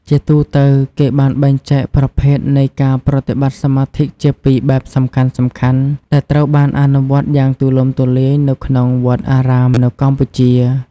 ជាទូទៅ គេបានបែងចែកប្រភេទនៃការប្រតិបត្តិសមាធិជាពីរបែបសំខាន់ៗដែលត្រូវបានអនុវត្តយ៉ាងទូលំទូលាយនៅក្នុងវត្តអារាមនៅកម្ពុជា។